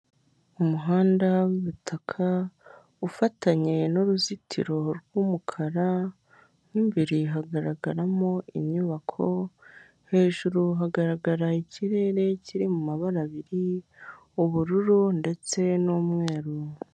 Umuhanda w'ibutaka ufatanye n'uruzitiro rw'umukara mu imbere hagaragaramo inyubako, hejuru hagaragarara ikirere kiri mu mabara abiri ubururu ndetse n'umweru.